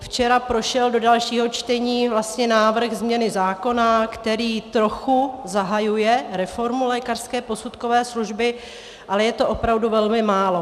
Včera prošel do dalšího čtení návrh změny zákona, který trochu zahajuje reformu lékařské posudkové služby, ale je to opravdu velmi málo.